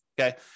okay